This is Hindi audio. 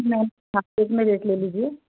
नहीं मैम ले लीजीए